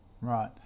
right